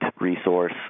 resource